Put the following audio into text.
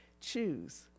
choose